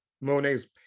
Monet's